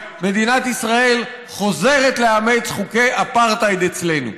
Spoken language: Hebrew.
מדינת ישראל חוזרת לאמץ חוקי אפרטהייד אצלנו.